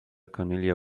cornelia